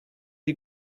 die